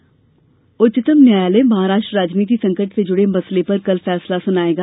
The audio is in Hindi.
महाराष्ट्र उच्चतम न्यायालय महाराष्ट्र राजनीति संकट से जुड़े मसले पर कल फैसला सुनाएगा